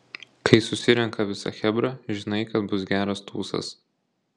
kai susirenka visa chebra žinai kad bus geras tūsas